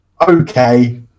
okay